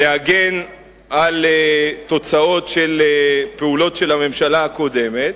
על תוצאות של פעולות של הממשלה הקודמת.